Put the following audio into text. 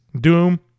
doom